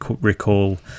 recall